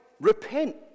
Repent